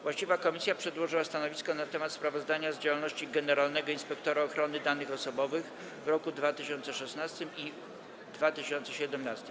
Właściwa komisja przedłożyła stanowisko na temat sprawozdania z działalności generalnego inspektora ochrony danych osobowych w roku 2016 i w roku 2017.